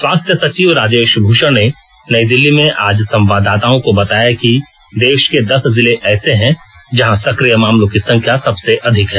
स्वास्थ्य सचिव राजेश भृषण ने नई दिल्ली में आज संवाददाताओं को बताया कि देश के दस जिले ऐसे हैं जहां सक्रिय मामलों की संख्या सबसे अधिक है